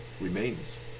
remains